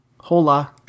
hola